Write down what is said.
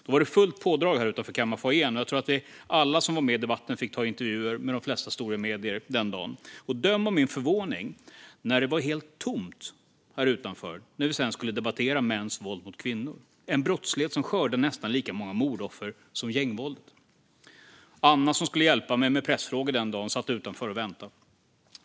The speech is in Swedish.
Då var det fullt pådrag här utanför i kammarfoajén, och jag tror att vi alla som var med i debatten fick ta intervjuer med de flesta stora medier den dagen. Döm om min förvåning när det var helt tomt här utanför när vi sedan skulle debattera mäns våld mot kvinnor. Det är en brottslighet som skördar nästan lika många mordoffer som gängvåldet. Anna som skulle hjälpa mig med pressfrågor den dagen satt utanför och väntade.